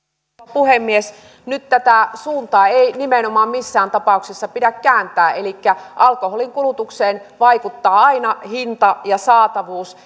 puhemies nyt tätä suuntaa ei nimenomaan missään tapauksessa pidä kääntää elikkä alkoholinkulutukseen vaikuttavat aina hinta ja saatavuus